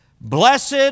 Blessed